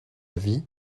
vie